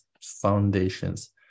foundations